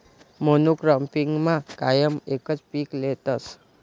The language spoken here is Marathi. मोनॉक्रोपिगमा कायम एकच पीक लेतस